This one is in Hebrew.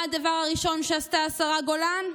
מה הדבר הראשון שעשתה השרה גולן?